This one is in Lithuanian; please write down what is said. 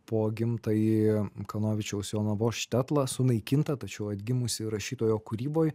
po gimtąjį kanovičiaus jonavos štetlą sunaikintą tačiau atgimusį rašytojo kūryboj